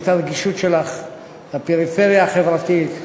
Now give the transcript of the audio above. את הרגישות שלך לפריפריה החברתית.